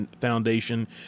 Foundation